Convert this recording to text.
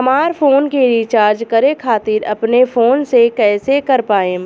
हमार फोन के रीचार्ज करे खातिर अपने फोन से कैसे कर पाएम?